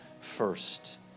first